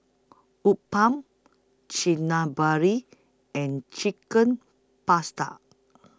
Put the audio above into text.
Uthapam and Chicken Pasta